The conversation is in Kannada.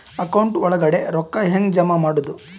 ಅಕೌಂಟ್ ಒಳಗಡೆ ರೊಕ್ಕ ಹೆಂಗ್ ಜಮಾ ಮಾಡುದು?